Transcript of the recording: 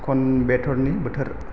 कइम्बेटरनि बोथोर